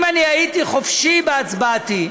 אם אני הייתי חופשי בהצבעתי,